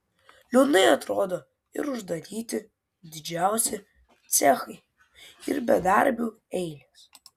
liūdnai atrodo ir uždaryti didžiausi cechai ir bedarbių eilės